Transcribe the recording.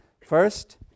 First